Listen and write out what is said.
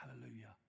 hallelujah